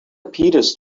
peters